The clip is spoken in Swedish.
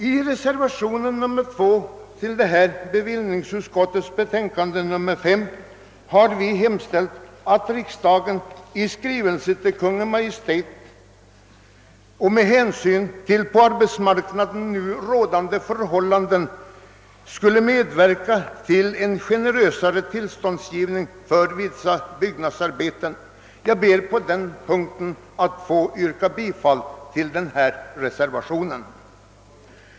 I reservationen nr 2 till detta bevillningsutskottets betänkande nr 5 har vi hemställt om en skrivelse till Kungl. Maj:t att med hänsyn till på arbetsmarknaden nu rådande förhållanden medverka till en generösare tillståndsgivning för vissa byggnadsarbeten, och jag ber att få yrka bifall till denna reservation.